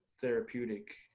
therapeutic